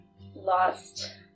lost